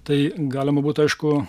tai galima būtų aišku